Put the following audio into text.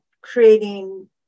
creating